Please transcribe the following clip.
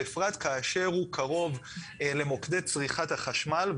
בפרט כאשר הוא קרוב למוקדי צריכת החשמל.